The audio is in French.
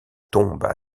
tombes